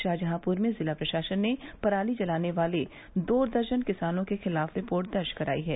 शाहजहांप्र में जिला प्रशासन ने पराली जलाने वाले दो दर्जन किसानों के खिलाफ रिपोर्ट दर्ज करायी है